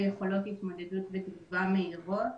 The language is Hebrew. ויכולות התמודדות ותגובה מהירות,